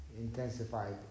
Intensified